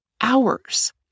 hours